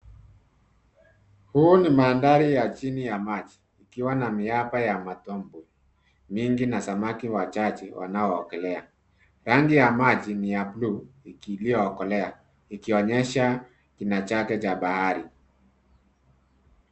Huu ni mandhari ya chini ya maji ikiwa na miamba ya matope mingi na samaki wachache wanaoogelea. Rangi ya maji ni ya bluu iliyokolea, ikionyesha kina chake cha bahari.